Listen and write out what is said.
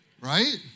Right